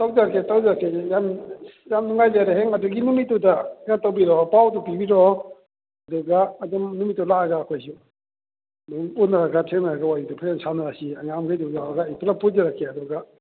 ꯇꯧꯖꯔꯛꯀꯦ ꯇꯧꯖꯔꯛꯀꯦ ꯌꯥꯝ ꯌꯥꯝ ꯅꯨꯉꯥꯏꯖꯔꯦ ꯍꯌꯦꯡ ꯑꯗꯨꯒꯤ ꯅꯨꯃꯤꯠꯇꯨꯗ ꯈꯔ ꯇꯧꯕꯤꯔꯛꯑꯣ ꯄꯥꯎꯗꯣ ꯄꯤꯕꯤꯔꯛꯑꯣ ꯑꯗꯨꯒ ꯑꯗꯨꯝ ꯅꯨꯃꯤꯠꯇꯨꯗ ꯂꯥꯛꯑꯒ ꯑꯩꯈꯣꯏꯁꯨ ꯑꯗꯨꯝ ꯎꯅꯔꯒ ꯊꯦꯡꯅꯔꯒ ꯋꯥꯔꯤꯗꯣ ꯐꯖꯅ ꯁꯥꯟꯅꯔꯁꯤ ꯑꯉꯥꯡꯃꯈꯩꯗꯨꯒ ꯌꯥꯎꯔꯒ ꯑꯩ ꯄꯨꯂꯞ ꯄꯨꯖꯔꯛꯀꯦ ꯑꯗꯨꯒ